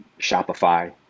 Shopify